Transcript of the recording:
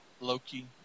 Loki